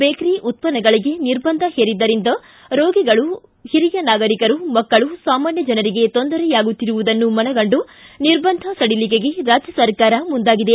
bakery ಉತ್ತನ್ನಗಳಿಗೆ ನಿರ್ಬಂಧ ಹೇರಿದ್ದರಿಂದ ರೋಗಿಗಳು ಹಿರಿಯ ನಾಗರಿಕರು ಮಕ್ಕಳು ಸಾಮಾನ್ಯ ಜನರಿಗೆ ತೊಂದರೆಯಾಗುತ್ತಿರುವುದನ್ನು ಮನಗಂಡು ನಿರ್ಬಂಧ ಸಡಿಲಿಕೆಗೆ ರಾಜ್ಯ ಸರ್ಕಾರ ಮುಂದಾಗಿದೆ